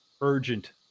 urgent